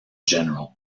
general